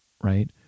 right